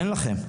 אין לכם.